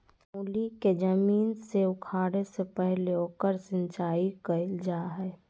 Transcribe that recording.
मूली के जमीन से उखाड़े से पहले ओकर सिंचाई कईल जा हइ